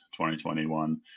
2021